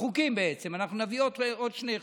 החוקים, בעצם, אנחנו נביא עוד שני חוקים,